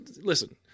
listen